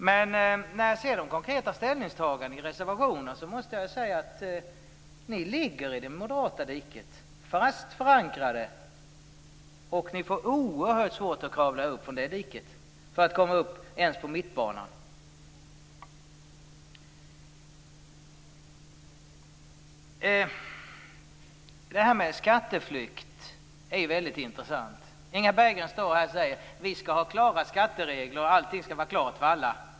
Men när jag tar del av ert konkreta ställningstagande i reservationen måste jag säga att ni ligger fast förankrade i det moderata diket. Ni kommer att få oerhört svårt att kravla upp från det diket för att komma upp ens till mittbanan. Detta med skatteflykt är väldigt intressant. Inga Berggren sade: Vi skall ha klara skatteregler och allting skall vara klart för alla.